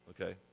okay